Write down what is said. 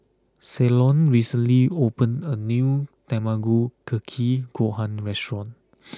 Ceylon recently opened a new Tamago Kake Gohan restaurant